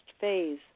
phase